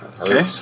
Okay